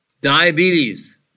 diabetes